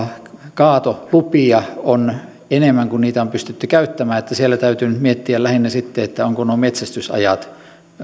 kaatolupia on enemmän kuin niitä on pystytty käyttämään eli siellä täytyy nyt miettiä lähinnä ovatko nuo metsästysajat